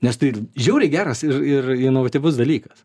nes tai žiauriai geras ir ir inovatyvus dalykas